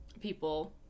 people